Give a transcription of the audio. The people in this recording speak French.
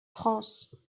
france